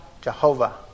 Jehovah